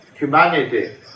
humanity